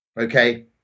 Okay